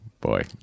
Boy